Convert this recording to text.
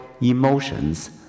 emotions